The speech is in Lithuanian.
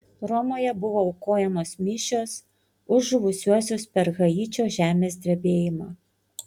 romoje buvo aukojamos mišios už žuvusiuosius per haičio žemės drebėjimą